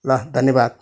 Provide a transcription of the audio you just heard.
ल धन्यवाद